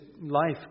life